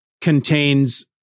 contains